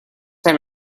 time